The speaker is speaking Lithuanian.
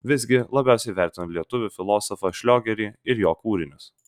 visgi labiausiai vertinu lietuvių filosofą šliogerį ir jo kūrinius